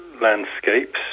landscapes